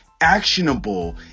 actionable